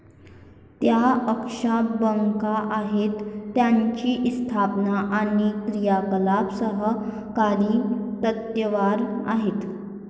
त्या अशा बँका आहेत ज्यांची स्थापना आणि क्रियाकलाप सहकारी तत्त्वावर आहेत